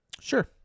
Sure